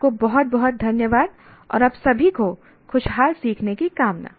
आपको बहुत बहुत धन्यवाद और आप सभी को खुशहाल सीखने की कामना